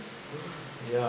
yeah